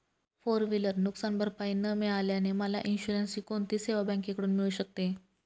Four wheeler नुकसानभरपाई न मिळाल्याने मला इन्शुरन्सची कोणती सेवा बँकेकडून मिळू शकते?